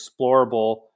explorable